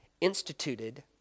instituted